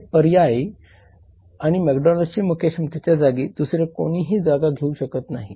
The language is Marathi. आणि हे अपर्यायी आहे की मॅकडोनाल्ड्सच्या मुख्य क्षमतेच्या जागी दुसरे कोणीही ही जागा घेऊ शकत नाही